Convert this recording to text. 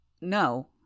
No